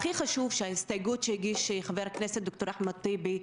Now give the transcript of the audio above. הכי חשוב זה ההסתייגות שהגיש חבר הכנסת אחמד טיבי.